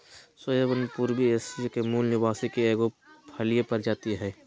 soybean पूर्वी Asia के मूल निवासी के एगो फलिय प्रजाति हइ